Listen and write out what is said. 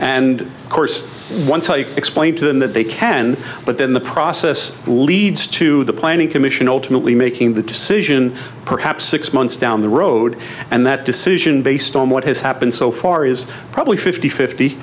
and of course once i explain to them that they can but then the process leads to the planning commission ultimately making the decision perhaps six months down the road and that decision based on what has happened so far is probably fifty fifty